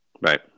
Right